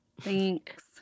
Thanks